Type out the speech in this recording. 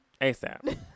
ASAP